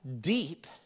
deep